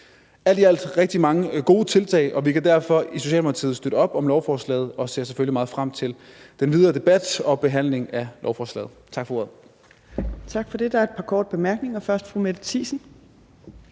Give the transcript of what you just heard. alt er der rigtig mange gode tiltag, og vi kan derfor i Socialdemokratiet støtte op om lovforslaget og ser selvfølgelig meget frem til den videre debat og behandling af lovforslaget. Tak for ordet. Kl. 14:03 Fjerde næstformand (Trine Torp): Tak for det. Der er et par korte bemærkninger. Først er det fru Mette Thiesen.